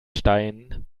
stein